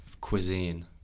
cuisine